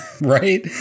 right